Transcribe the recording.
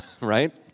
right